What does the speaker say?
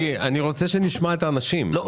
אני רוצה להגיד לך,